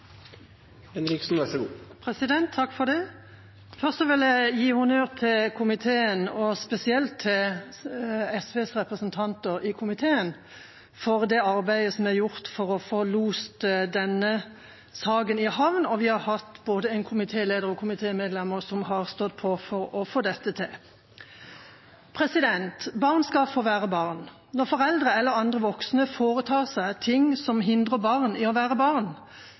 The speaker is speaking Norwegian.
Først vil jeg gi honnør til komiteen, og spesielt til SVs representant der, for det arbeidet som er gjort for å få lost denne saken i havn. Vi har hatt både en komitéleder og komitémedlemmer som har stått på for å få dette til. Barn skal få være barn. Når foreldre eller andre voksne foretar seg ting som hindrer barn i å være barn,